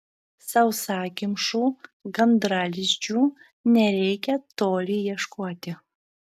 sausakimšų gandralizdžių nereikia toli ieškoti